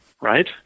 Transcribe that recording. right